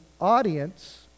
audience